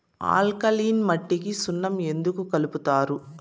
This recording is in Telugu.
ఆల్కలీన్ మట్టికి సున్నం ఎందుకు కలుపుతారు